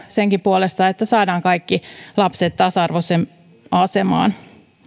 senkin puolesta että saadaan kaikki lapset tasa arvoiseen asemaan